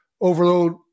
overload